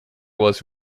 was